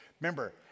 Remember